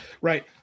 right